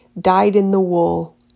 dyed-in-the-wool